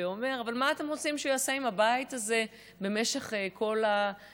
ואומר: אבל מה אתם רוצים שהוא יעשה עם הבית הזה במשך כל השנים?